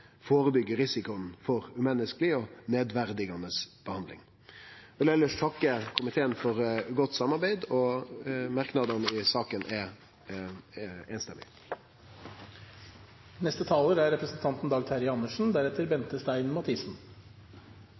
risikoen for umenneskeleg og nedverdigande behandling. Eg vil elles takke komiteen for godt samarbeid, og vise til at merknadene i saka er